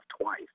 twice